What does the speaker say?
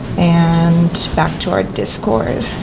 and back to our discord,